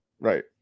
Right